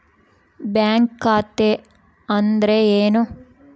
Bank ಖಾತೆ ಅಂದರೆ ಏನು?